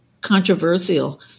controversial